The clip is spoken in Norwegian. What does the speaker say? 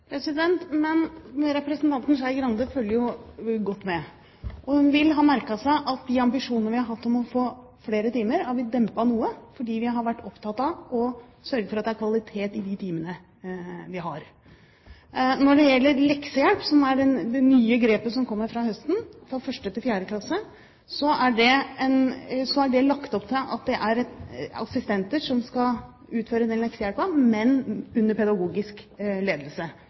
Representanten Skei Grande følger godt med, og hun vil ha merket seg at de ambisjonene vi har hatt om å få flere timer, har vi dempet noe fordi vi har vært opptatt av å sørge for at det er kvalitet i de timene vi har. Når det gjelder leksehjelp, som er det nye grepet som kommer fra høsten for 1. til 4. klasse, er det lagt opp til at det er assistenter som skal utføre leksehjelpen, men under pedagogisk ledelse.